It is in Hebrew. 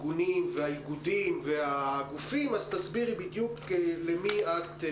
בתקצוב, והרוב לידה עד שלוש, מעונות יום פרטיים.